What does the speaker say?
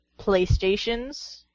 PlayStations